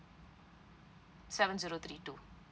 seven zero three two